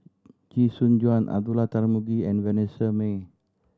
Chee Soon Juan Abdullah Tarmugi and Vanessa Mae